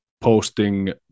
posting